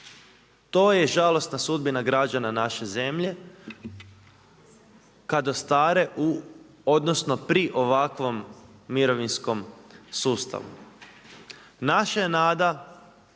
To je žalosna sudbina građana naše zemlje, kad ostare, odnosno pri ovakvom mirovinskom sustavu. Naša je nada